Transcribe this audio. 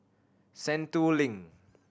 Sentul Link